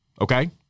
Okay